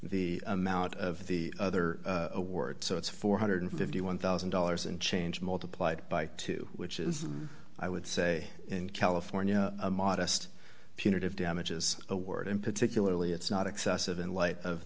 the amount of the other award so it's four hundred and fifty one thousand dollars and change multiplied by two which is i would say in california a modest punitive damages award and particularly it's not excessive in light